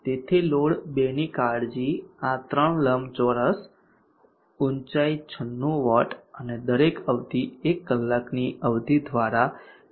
તેથી લોડ 2 ની કાળજી આ 3 લંબચોરસ ઊચાઈ 96 વોટ અને દરેક અવધિ 1 કલાકની અવધિ દ્વારા લેવામાં આવે છે